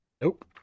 Nope